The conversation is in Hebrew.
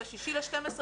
ב-6 בדצמבר.